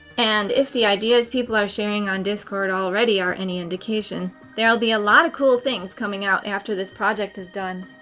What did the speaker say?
and if the ideas people are sharing on discord already are any indication, there'll be a lot of cool things coming out after this project is done.